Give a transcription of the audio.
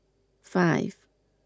five